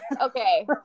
Okay